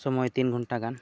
ᱥᱚᱢᱚᱭ ᱛᱤᱱ ᱜᱷᱚᱱᱴᱟ ᱜᱟᱱ